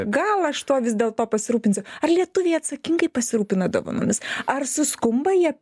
gal aš tuo vis dėlto pasirūpinsiu ar lietuviai atsakingai pasirūpina dovanomis ar suskumba jie